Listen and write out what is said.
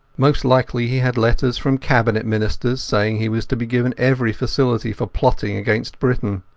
most likely he had letters from cabinet ministers saying he was to be given every facility for plotting against britain.